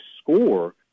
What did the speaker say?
score